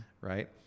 Right